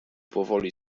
powoli